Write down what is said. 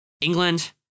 England